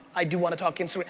i do want to talk and so